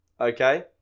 Okay